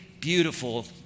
beautiful